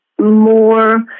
more